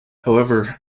however